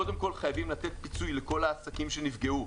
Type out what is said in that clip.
קודם כול, חייבים לתת פיצוי לכל העסקים שנפגעו.